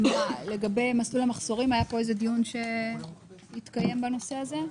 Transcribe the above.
ולגבי "מסלול המחזורים" היה פה איזה דיון שהתקיים בנושא הזה?